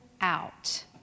out